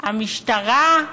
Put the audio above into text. המשטרה,